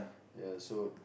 ya so